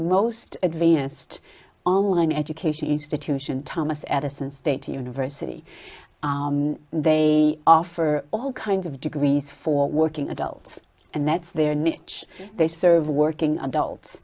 most advanced online education institution thomas edison state university they offer all kinds of degrees for working adults and that's their niche they serve working adults